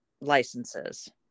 licenses